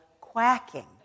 quacking